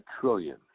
trillion